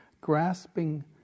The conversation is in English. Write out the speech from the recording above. grasping